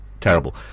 terrible